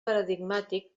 paradigmàtic